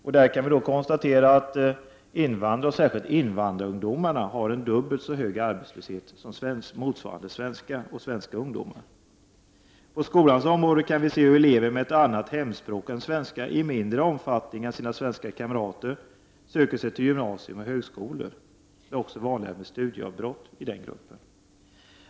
Vi kan konstatera att invandrare, och särskilt invandrarungdomarna, har en dubbelt så hög arbetslöshet som motsvarande svenskar och svenska ungdomar. På skolans område kan vi se hur elever med ett annat hemspråk än svenska i mindre omfattning än sina svenska kamrater söker sig till gymnasium och högskola. Det är också vanligare med studieavbrott i den gruppen.